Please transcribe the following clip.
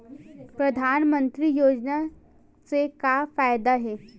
परधानमंतरी योजना से का फ़ायदा हे?